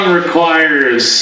requires